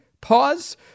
pause